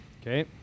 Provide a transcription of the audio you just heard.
Okay